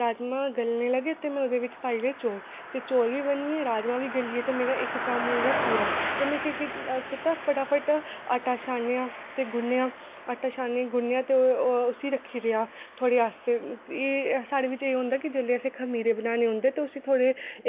पूड़ियां बनाओ कड़ाह् बनाओ मठाइयां बनाओ ते अग्गें एह्दे कन्नै गै टिक्के बी आने आह्ले कन्नै कन्नै गै एह्बी आई जाने करवाचौथ आने आह्ली ऐ करवाचौथ गी बी जनानियां बड़ियां त्यारियां करदियां